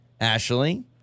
Ashley